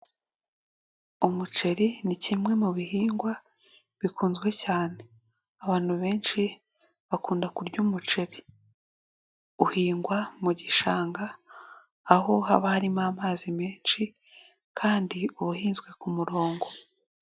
Umuceri ni kimwe mu bihingwa bikunzwe cyane, abantu benshi bakunda kurya umuceri. Uhingwa mu gishanga, aho haba harimo amazi menshi, kandi uba uhinzwe ku murongo.